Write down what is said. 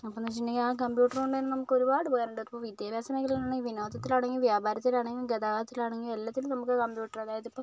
അപ്പോളെന്ന് വെച്ചിട്ടുണ്ടെങ്കിൽ ആ കമ്പ്യൂട്ടർ കൊണ്ട് തന്നെ നമുക്ക് ഒരുപാട് ഉപകാരമുണ്ട് ഇപ്പോൾ വിദ്യാഭ്യാസമേഖലകളിലും വിനോദത്തിലാണെങ്കിലും വ്യാപാരത്തിലാണെങ്കിലും ഗതാഗതത്തിലാണെങ്കിലും എല്ലാറ്റിലും നമുക്ക് കമ്പ്യൂട്ടർ അതായത് ഇപ്പം